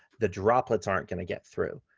the droplets aren't going to get through.